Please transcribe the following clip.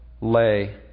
lay